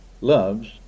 loves